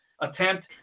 attempt